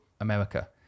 america